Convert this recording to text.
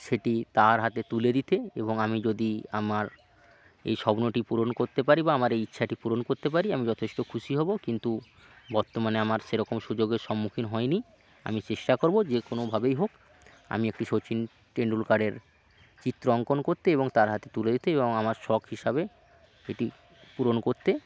সেটি তার হাতে তুলে দিতে এবং আমি যদি আমার এই স্বপ্নটি পূরণ করতে পারি বা আমার এই ইচ্ছাটি পূরণ করতে পারি আমি যথেষ্ট খুশি হবো কিন্তু বর্তমানে আমার সেরকম সুযোগের সম্মুখীন হয় নি আমি চেষ্টা করবো যে কোনোভাবেই হোক আমি একটি শচীন টেনডুলকারের চিত্র অঙ্কন করতে এবং তার হাতে তুলে দিতে এবং আমার শখ হিসাবে এটি পূরণ করতে